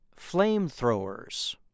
flamethrowers